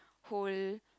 whole